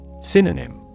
Synonym